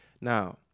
Now